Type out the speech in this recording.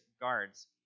guards